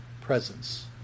presence